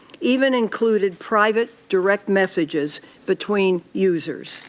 even included private, direct messages between users.